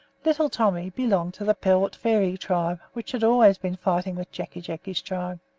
little tommy belonged to the port fairy tribe, which had always been fighting with jacky jacky's tribe.